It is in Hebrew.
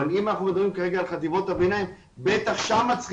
אבל אם אנחנו מדברים כרגע על חטיבות הביניים בטח ששם צריך